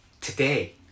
today